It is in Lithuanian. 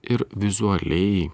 ir vizualiai